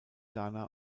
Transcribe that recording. ghana